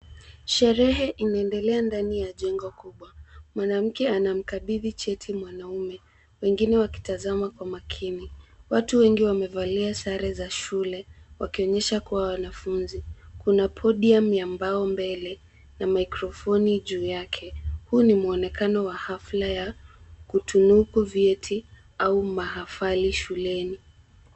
Sherehe inaendelea ndani ya jengo kubwa. Mwanamke anamkabidhi cheti mwanaume wengine wakitazama kwa makini. Watu wengi wamevalia sare za shule wakionyesha kuwa wanafunzi. Kuna podium ya mbao mbele na maikrofoni juu yake. Huu ni muonekano wa hafla ya kutunuku vyeti au mahafali shuleni.